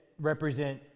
represent